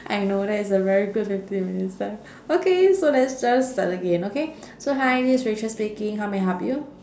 I know that is a very good fifty minutes time okay so let's just start again okay so hi this is rachel speaking how may I help you